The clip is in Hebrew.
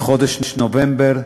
בחודש נובמבר,